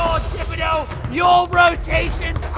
you know your rotations